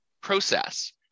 process